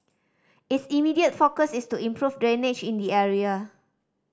its immediate focus is to improve drainage in the area